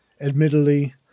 admittedly